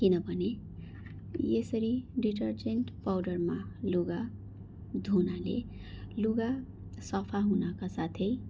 किनभने यसरी डिटर्जेन्ट पाउडरमा लुगा धुनाले लुगा सफा हुनका साथै